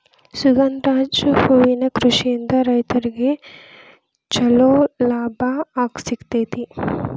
ಸುಗಂಧರಾಜ ಹೂವಿನ ಕೃಷಿಯಿಂದ ರೈತ್ರಗೆ ಚಂಲೋ ಲಾಭ ಸಿಗತೈತಿ